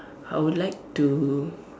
I would like to